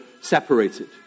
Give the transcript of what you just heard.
separated